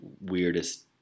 weirdest